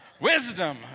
Wisdom